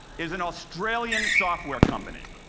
is an australian software company.